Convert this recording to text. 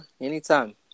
anytime